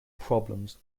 problems